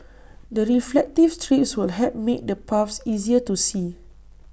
the reflective strips would help make the paths easier to see